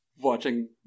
watching